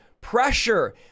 pressure